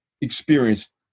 experienced